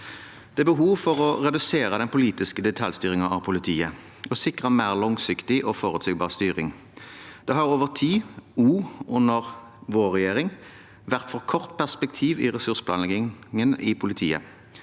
Det er behov for å redusere den politiske detaljstyringen av politiet og sikre mer langsiktig og forutsigbar styring. Det har over tid, også under vår regjering, vært for kort perspektiv i ressursbehandlingen i politiet.